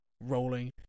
rolling